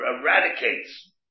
eradicates